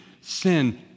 sin